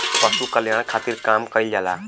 पशु कल्याण खातिर काम कइल जाला